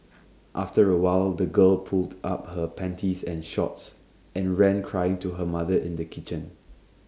after A while the girl pulled up her panties and shorts and ran crying to her mother in the kitchen